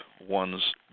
ones